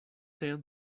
them